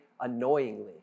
annoyingly